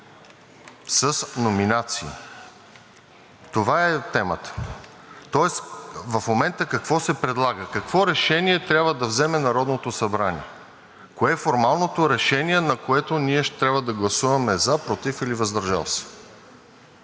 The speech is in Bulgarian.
с номинации. Това е темата. В момента какво се предлага? Какво решение трябва да вземе Народното събрание? Кое е формалното решение, на което ние ще трябва да гласуваме „за“, „против“ или „въздържал се“?